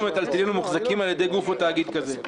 מיטלטלין המוחזקים על ידי גוף או תאגיד כזה.